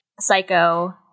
Psycho